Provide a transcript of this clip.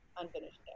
Unfinished